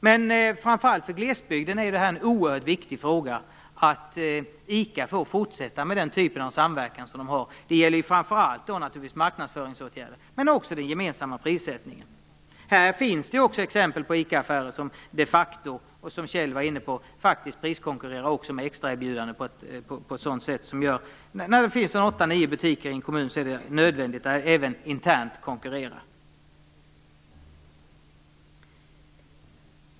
Men framför allt för glesbygden är det en oerhört viktig fråga att ICA-handlarna får fortsätta med den typ av samverkan som de har. Det gäller framför allt marknadsföringsåtgärder men också den gemensamma prissättningen. Det finns ju också exempel på ICA-affärer som de facto priskonkurrerar med extraerbjudanden. Finns det åtta nio butiker i en kommun är det nödvändigt att även internt konkurrera.